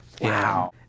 Wow